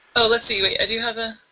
oh let's see, wait i do have a,